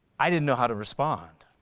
i didn't know how to respond.